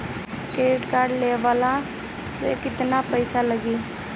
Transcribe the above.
Credit card लेवे ला केतना पइसा लागी?